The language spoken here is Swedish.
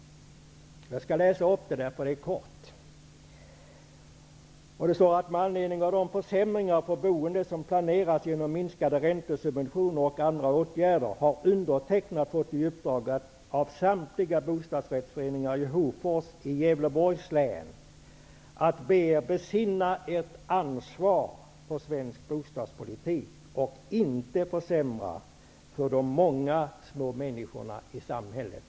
Jag skall läsa upp brevet, som är kort: Med anledning av de försämringar för boendet, som planeras genom minskade räntesubventioner och andra åtgärder, har undertecknad fått i uppdrag av samtliga bostadsrättsföreningar i Hofors i Gävleborgs län att be er besinna ert ansvar för svensk bostadspolitik och inte försämra för de många små människorna i samhället.